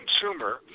consumer